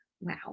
wow